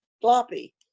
floppy